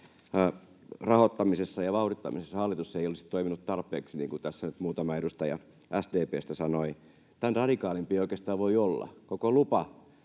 rahoittamisessa ja vauhdittamisessa hallitus ei olisi toiminut tarpeeksi, niin kuin tässä nyt muutama edustaja SDP:stä sanoi. Tämän radikaalimpia ei oikeastaan voida olla.